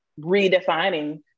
redefining